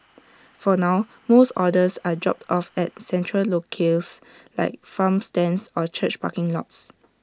for now most orders are dropped off at central locales like farm stands or church parking lots